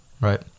right